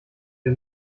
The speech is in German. wir